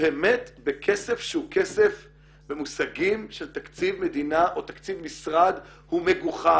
באמת בכסף שהוא כסף במושגים של תקציב מדינה או תקציב משרד הוא מגוחך